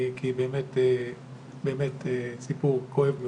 כי באמת סיפור כואב מאוד.